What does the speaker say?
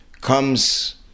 comes